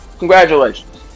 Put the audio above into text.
Congratulations